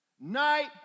Night